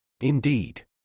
Indeed